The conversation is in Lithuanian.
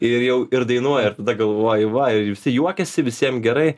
ir jau ir dainuoja ir tada galvoji va ir visi juokiasi visiem gerai